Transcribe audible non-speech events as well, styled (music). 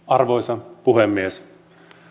(unintelligible) arvoisa puhemies